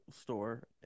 store